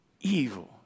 evil